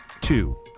Two